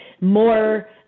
more